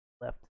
left